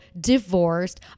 divorced